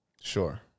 Sure